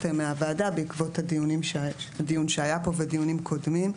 מהוועדה בעקבות הדיון שהיה פה ודיונים קודמים.